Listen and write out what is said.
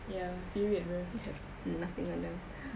ya period bro nothing on them